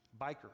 biker